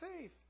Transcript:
safe